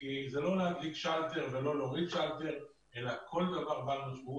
כי זה לא להרים שאלטר ולא להוריד שאלטר אלא כול דבר בעל משמעות